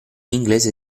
inglese